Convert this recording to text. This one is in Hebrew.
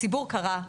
הציבור קרא,